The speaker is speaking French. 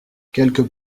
quelques